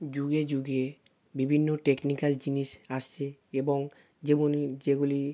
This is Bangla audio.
যুগে যুগে বিভিন্ন টেকনিক্যাল জিনিস আসছে এবং যেমনি যেগুলি